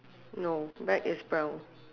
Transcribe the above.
no bag is brown